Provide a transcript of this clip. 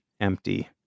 empty